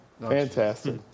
Fantastic